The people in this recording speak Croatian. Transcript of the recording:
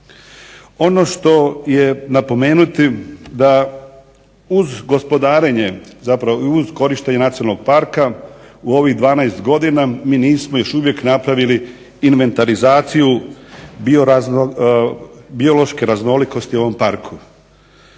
Ono što je napomenuti da uz gospodarenje zapravo uz korištenje nacionalnog parka u ovih 12 godina mi nismo još uvijek napravili inventarizaciju biološke raznolikosti u ovom parku.